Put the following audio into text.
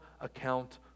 account